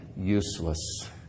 useless